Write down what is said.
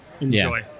enjoy